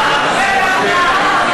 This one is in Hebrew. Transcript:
ה-21, רק לידיעתך.